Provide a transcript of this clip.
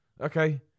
Okay